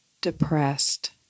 depressed